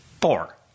Four